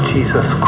Jesus